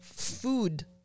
food